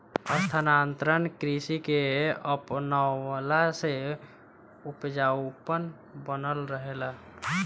स्थानांतरण कृषि के अपनवला से उपजाऊपन बनल रहेला